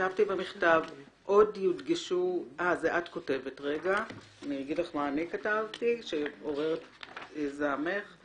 אני כתבתי במכתב שעורר את זעמך,